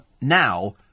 now